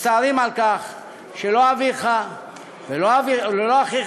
מצטערים על כך שלא אביך ולא אחיך,